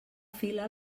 fila